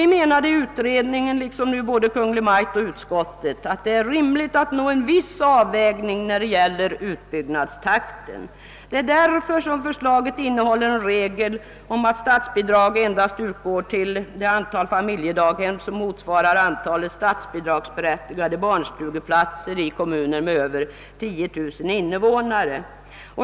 I utredningen har vi ansett — och där har Kungl. Maj:t och utskottet haft samma mening — att det är rimligt att åvägabringa en viss avvägning i utbyggnadstakten. Därför innehåller förslaget en regel om att statsbidrag endast skall utgå till det antal familjedaghem som motsvarar antalet statsbidragsberättigade barnstugeplatser i kommuner med över 10 000 invånare.